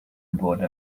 board